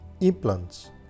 implants